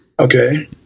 Okay